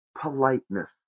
politeness